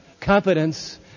competence